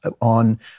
on